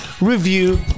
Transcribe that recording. review